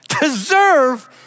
deserve